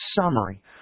summary